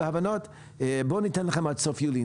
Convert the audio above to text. להבנות בואו ניתן לכם עד סוף יולי.